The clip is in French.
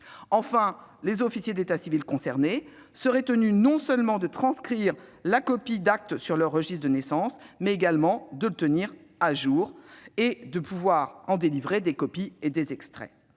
enfin, les officiers d'état civil concernés seraient tenus non seulement de transcrire la copie d'acte sur leurs registres de naissance, mais également de les tenir à jour afin de pouvoir en délivrer des copies et extraits.